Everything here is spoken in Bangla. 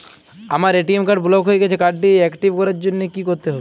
আমার এ.টি.এম কার্ড ব্লক হয়ে গেছে কার্ড টি একটিভ করার জন্যে কি করতে হবে?